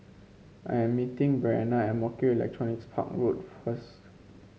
I am meeting Breanna at Mo Kio Electronics Park Road first